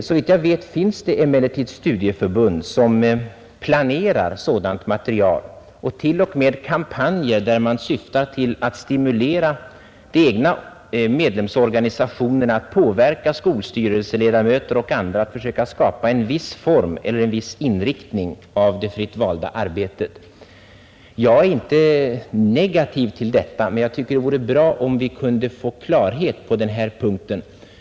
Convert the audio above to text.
Såvitt jag vet finns det emellertid nu studieförbund som planerar sådant material och t.o.m. förbereder kampanjer genom vilka man syftar till att stimulera de egna medlemsorganisationerna att försöka påverka skolstyrelseledamöter och andra att skapa en viss form för eller en viss inriktning av det fritt valda arbetet. Jag är i och för sig inte negativ till detta men tycker det vore bra om vi kunde få klarhet på denna punkt.